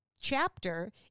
chapter